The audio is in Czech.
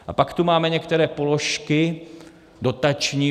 A pak tu máme některé položky dotační.